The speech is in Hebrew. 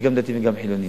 יש גם דתיים וגם חילונים.